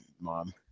mom